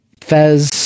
Fez